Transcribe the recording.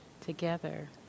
together